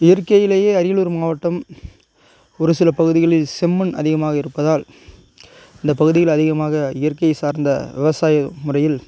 இயற்கையிலேயே அரியலூர் மாவட்டம் ஒரு சில பகுதிகளில் செம்மண் அதிகமாக இருப்பதால் இந்த பகுதியில் அதிகமாக இயற்கை சார்ந்த விவசாய முறையில்